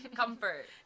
comfort